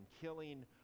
killing